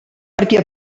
perquè